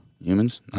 humans